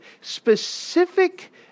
specific